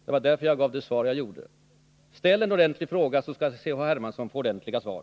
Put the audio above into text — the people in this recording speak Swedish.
Det var därför som jag gav det svar som jag gjorde. Ställ en ordentlig fråga, C.-H. Hermansson, så skall ni också få ordentliga svar.